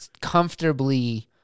comfortably